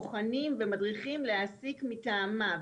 בוחנים ומדריכים להעסיק מטעמה.